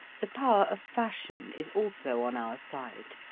the power of fashion is also on our side.